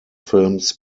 films